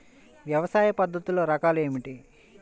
వ్యవసాయ పద్ధతులు రకాలు ఏమిటి?